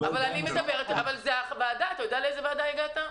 אתה יודע לאיזה ועדה הגעת?